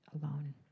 alone